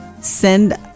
Send